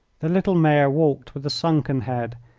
the little mare walked with a sunken head,